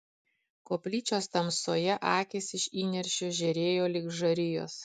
koplyčios tamsoje akys iš įniršio žėrėjo lyg žarijos